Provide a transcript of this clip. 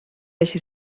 així